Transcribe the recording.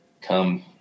come